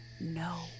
no